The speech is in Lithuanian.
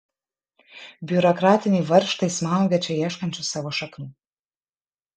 biurokratiniai varžtai smaugia čia ieškančius savo šaknų